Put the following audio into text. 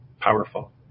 powerful